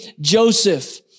Joseph